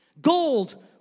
Gold